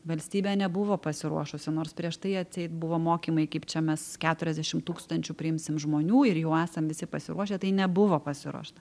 valstybė nebuvo pasiruošusi nors prieš tai atseit buvo mokymai kaip čia mes keturiasdešim tūkstančių priimsim žmonių ir jau esam visi pasiruošę tai nebuvo pasiruošta